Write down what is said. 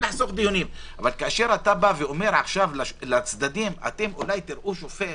אבל כשאתם אומרים לצדדים: תראו שופט